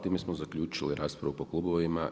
Time smo zaključili raspravu po klubovima.